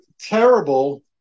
terrible